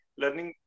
learning